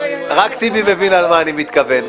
רק טיבי מבין למה אני מתכוון.